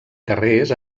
carrers